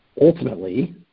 ultimately